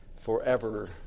forever